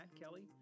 Kelly